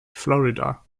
florida